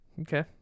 okay